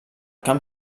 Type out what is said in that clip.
camp